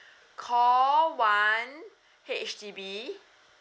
call one H_D_B